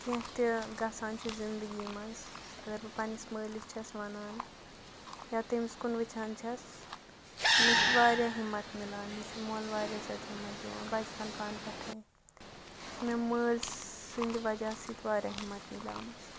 کیٚنٛہہ تہِ گژھان چھُ زِنٛدگی منٛز اگر بہٕ پَنٕنِس مٲلِس چھَس وَنان یا تٔمِس کُن وُچھان چھَس مےٚ چھِ واریاہ ہِمت میلان مےٚ چھُ مول واریاہ زیادٕ ہِمَت دِوان بَچپَن پانہٕ پٮ۪ٹھَے چھِ مےٚ مٲلۍ سٕنٛدِ وجہ سۭتۍ واریاہ ہِمت میلیمٕژ